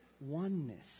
Oneness